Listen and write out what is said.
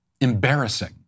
embarrassing